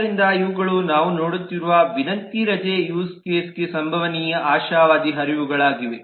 ಆದ್ದರಿಂದ ಇವುಗಳು ನಾವು ನೋಡುತ್ತಿರುವ ವಿನಂತಿ ರಜೆ ಯೂಸ್ ಕೇಸಗೆ ಸಂಭವನೀಯ ಆಶಾವಾದಿ ಹರಿವುಗಳಾಗಿವೆ